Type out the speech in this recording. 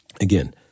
again